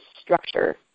structure